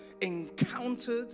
encountered